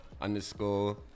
underscore